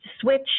switch